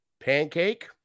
pancake